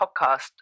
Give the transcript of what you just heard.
podcast